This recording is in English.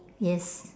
yes